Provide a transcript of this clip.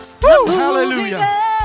Hallelujah